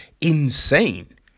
insane